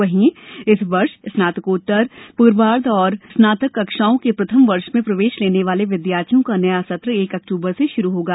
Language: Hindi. वहीं इस वर्ष स्नातकोत्तर पूर्वाद्व और स्नातक कक्षाओं के प्रथम वर्ष में प्रवेश लेने वाले विद्यार्थियों का नया सत्र एक अक्टूबर से श्रू होगा